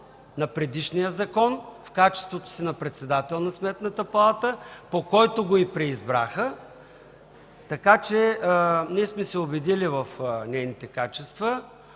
на предишния закон, в качеството си на председател на Сметната палата, по който го и преизбраха, така че ние сме се убедили в нейните качества.